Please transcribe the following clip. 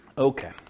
Okay